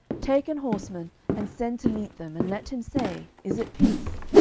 take an horseman, and send to meet them, and let him say, is it peace?